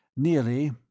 Nearly